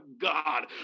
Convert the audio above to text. God